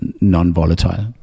non-volatile